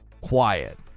quiet